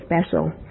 special